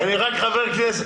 אני רק חבר כנסת.